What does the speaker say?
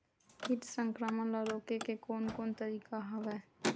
कीट संक्रमण ल रोके के कोन कोन तरीका हवय?